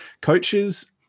coaches